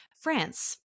France